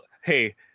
Hey